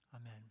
Amen